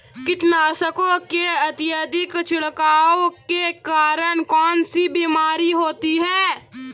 कीटनाशकों के अत्यधिक छिड़काव के कारण कौन सी बीमारी होती है?